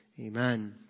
Amen